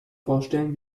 vorstellen